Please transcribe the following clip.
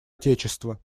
отечества